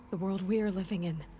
the world we're living in.